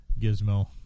Gizmo